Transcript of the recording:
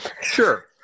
sure